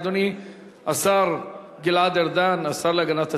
אדוני השר גלעד ארדן, השר להגנת הסביבה,